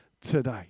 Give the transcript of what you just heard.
today